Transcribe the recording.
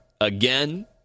again